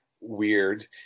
weird